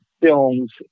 films